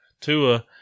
Tua